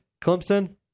Clemson